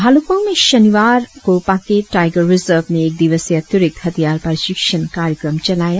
भालूकपोंग में शानिवार की पाक्के टाइगर रिजर्व ने एक दिवसीय अतिरिक्त हथियार प्राशिक्षण कार्यक्रम चलाया